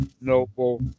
noble